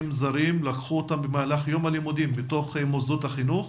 זרים לקחו אותם במהלך יום הלימודים מתוך מוסדות החינוך